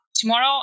Tomorrow